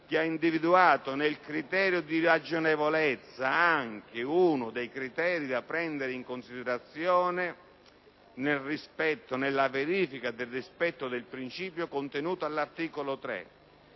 che ha individuato nel criterio di ragionevolezza anche uno degli elementi da prendere in considerazione nella verifica del rispetto del principio contenuto nel medesimo articolo 3.